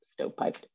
stovepiped